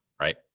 right